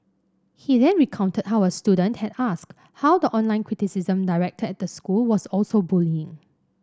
he then recounted how a student had asked how the online criticism directed at the school was also bullying